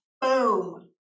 Boom